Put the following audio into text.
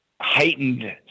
heightened